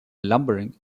lumbering